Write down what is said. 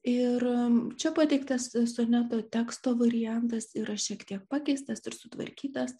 ir čia pateiktas soneto teksto variantas yra šiek tiek pakeistas ir sutvarkytas